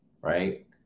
right